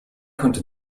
konnte